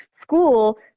school